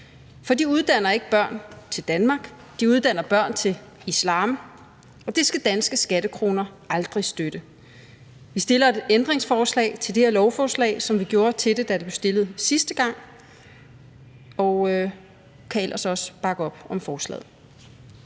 For de uddanner ikke børn til Danmark; de uddanner børn til islam. Og det skal danske skattekroner aldrig støtte. Vi stiller et ændringsforslag til det her forslag, ligesom vi gjorde til det, da det blev behandlet sidste gang, og kan ellers også bakke op om forslaget.